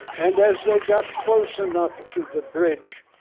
and as they got close enough to the bridge,